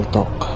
Talk